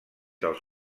dels